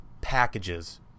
packages